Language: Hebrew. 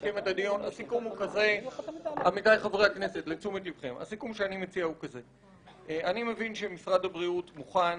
הסיכום שאני מציע הוא כזה: אני מבין שמשרד הבריאות מוכן